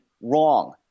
wrong